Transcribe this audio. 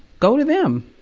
go to them!